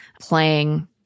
Playing